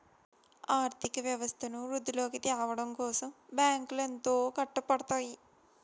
ఆర్థిక వ్యవస్థను వృద్ధిలోకి త్యావడం కోసం బ్యాంకులు ఎంతో కట్టపడుతాయి